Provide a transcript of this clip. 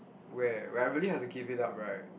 where where I really have to give it up right